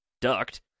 ducked